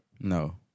No